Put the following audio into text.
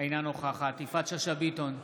אינה נוכחת יפעת שאשא ביטון,